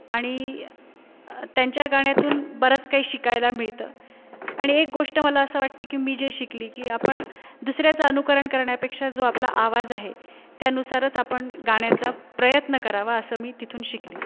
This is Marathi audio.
आणि त्यांच्या गाण्यातून बरंच काही शिकायला मिळतं आणि एक गोष्ट मला असं वाटते की मी जे शिकली की आपण दुसऱ्याचं अनुकरण करण्यापेक्षा जो आपला आवाज आहे त्यानुसारच आपण गाण्याचा प्रयत्न करावा असं मी तिथून शिकली